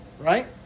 Right